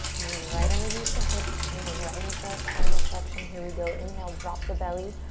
knees right underneath the hips, moving right into our spinal flexion. here we go. inhale, drop the belly.